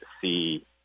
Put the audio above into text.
see